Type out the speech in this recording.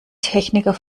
techniker